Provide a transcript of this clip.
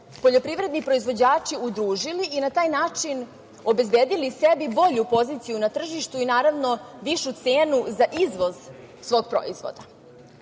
poljoprivredni proizvođači udružili i na taj način obezbedili sebi bolju poziciju na tržištu i, naravno, višu cenu za izvoz svog proizvoda.